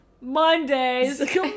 Mondays